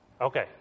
Okay